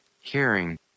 Hearing